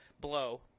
blow